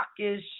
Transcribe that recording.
rockish